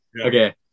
okay